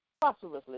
prosperously